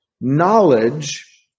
knowledge